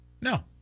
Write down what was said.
no